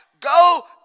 go